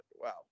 wow